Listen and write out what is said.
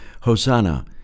Hosanna